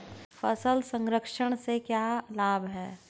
फल संरक्षण से क्या लाभ है?